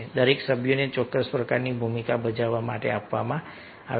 દરેક સભ્યોને ચોક્કસ પ્રકારની ભૂમિકા ભજવવા માટે આપવામાં આવે છે